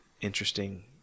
interesting